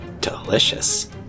Delicious